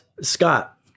Scott